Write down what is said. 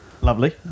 Lovely